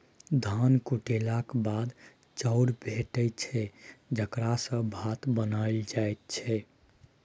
धान कुटेलाक बाद चाउर भेटै छै जकरा सँ भात बनाएल जाइ छै